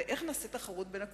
ואיך נעשה תחרות בין הקופות?